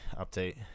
update